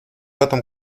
этом